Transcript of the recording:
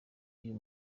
uyu